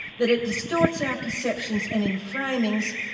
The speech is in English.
that it distorts our perceptions and enframings,